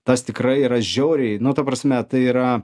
tas tikrai yra žiauriai nu ta prasme tai yra